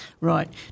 Right